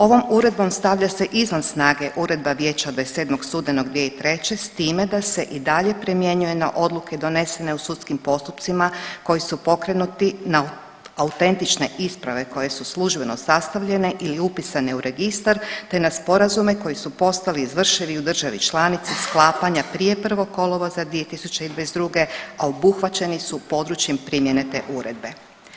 Ovom uredbom stavlja se izvan snage Uredba Vijeća od 27. studenog 2003. s time da se i dalje primjenjuje na odluke donesene u sudskim postupcima koji su pokrenuti na autentične isprave koje su službeno sastavljene ili upisane u registar, te na sporazume koji su postali izvršeni u državi članici sklapanja prije 1. kolovoza 2022., a obuhvaćeni su područjem primjene te uredbe.